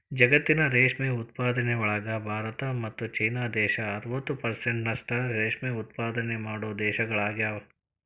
ಜಗತ್ತಿನ ರೇಷ್ಮೆ ಉತ್ಪಾದನೆಯೊಳಗ ಭಾರತ ಮತ್ತ್ ಚೇನಾ ದೇಶ ಅರವತ್ ಪೆರ್ಸೆಂಟ್ನಷ್ಟ ರೇಷ್ಮೆ ಉತ್ಪಾದನೆ ಮಾಡೋ ದೇಶಗಳಗ್ಯಾವ